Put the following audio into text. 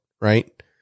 Right